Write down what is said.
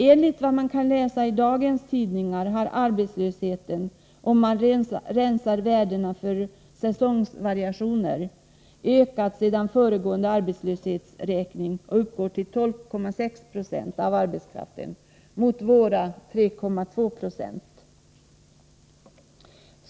Enligt vad man kan läsa i dagens tidningar har arbetslösheten — om man rensar värdena från säsongvariationer — ökat sedan föregående arbetslöshetsräkning och uppgår nu till 12,6 26 av arbetskraften, mot våra 3,22.